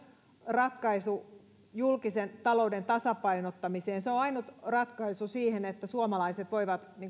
ratkaisu julkisen talouden tasapainottamiseen se on ainut ratkaisu siihen että suomalaiset voivat